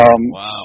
Wow